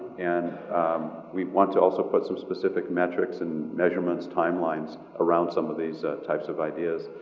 and we want to also put some specific metrics and measurements, time lines, around some of these types of ideas,